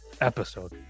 episode